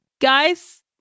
guys